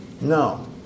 no